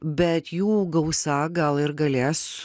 bet jų gausa gal ir galės